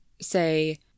say